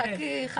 חכי, חכי.